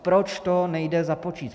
Proč to nejde započíst?